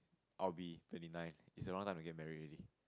I'll be twenty nine it's around time to get married already